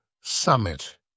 summit